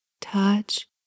touch